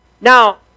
Now